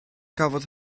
cafodd